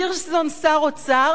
הירשזון שר האוצר,